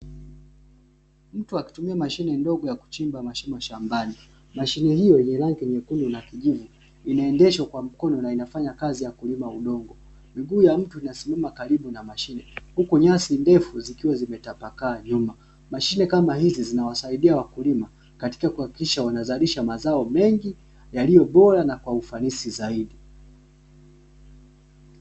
Mtu akitumia mashine ndogo ya kuchimba mashimo shambani. Mashine hiyo yenye rangi nyekundu na kijivu inaendeshwa kwa mikono na inafanya kazi ya kulima udongo, miguu ya mtu inasimama karibu na mashine, huku nyasi ndefu zikiwa zimetapakaa nyuma. Mashine kama hizi zinawasaidia wakulima katika kuhakikisha wanazalisha mazao mengi yaliyo bora na kwa ufanisi zaidi.